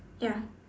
ya